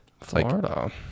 florida